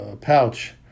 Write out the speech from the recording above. pouch